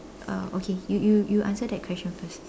uh okay you you you answer that question first